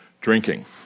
drinking